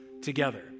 together